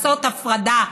לעשות הפרדה,